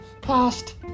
Past